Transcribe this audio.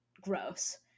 gross